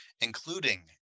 including